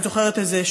את זוכרת את זה,